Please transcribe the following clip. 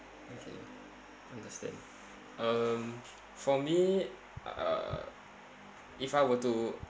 okay understand um for me uh if I were to